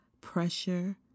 pressure